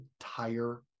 entire